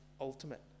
ultimate